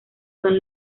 son